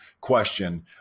question